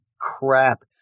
crap